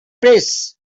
press